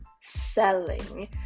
selling